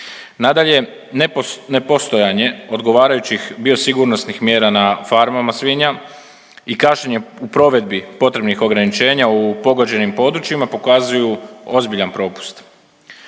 Nadalje nepostojanje odgovarajućih biosigurnosnih mjera na farmama svinja i kašnjenje u provedbi potrebnih ograničenja u pogođenim područjima pokazuju ozbiljan propust.